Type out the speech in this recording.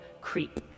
Creep